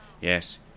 yes